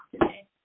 today